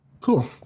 cool